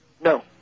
No